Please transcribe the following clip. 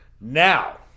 now